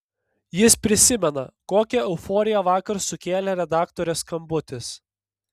jis prisimena kokią euforiją vakar sukėlė redaktorės skambutis